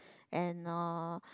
and uh